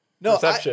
no